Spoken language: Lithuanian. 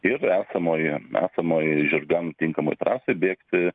ir esamojoj esamoj žirgams tinkamoj trasoj bėgti